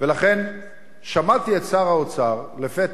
שמעתי את שר האוצר לפתע,